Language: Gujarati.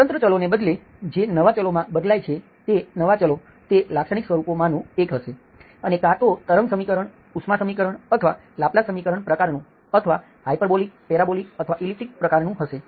સ્વતંત્ર ચલો ને બદલે જે નવા ચલોમાં બદલાય છે તે નવા ચલો તે લાક્ષણિક સ્વરૂપોમાંનું એક હશે અને કાં તો તરંગ સમીકરણ ઉષ્મા સમીકરણ અથવા લાપ્લાસ સમીકરણ પ્રકારનું અથવા હાઇપરબોલિક પેરાબોલિક અથવા ઈલીપ્ટિક પ્રકારનું હશે